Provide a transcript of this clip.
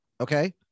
okay